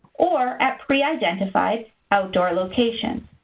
or at pre-identified outdoor locations.